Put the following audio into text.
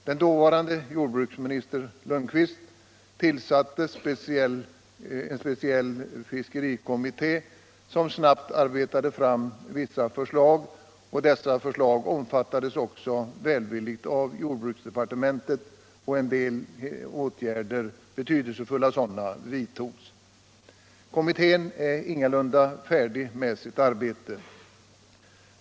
Den dåvarande jordbruksministern Lundkvist tillsatte en speciell fiskerikommitté som snabbt arbetade fram vissa förslag, vilka också omfattades välvilligt av jordbruksdepartementet. En del betydelsefulla åtgärder vidtogs. Kommittén är ingalunda färdig med sitt arbete.